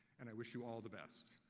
and i wish you all the best.